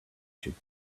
should